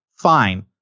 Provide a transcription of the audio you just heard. Fine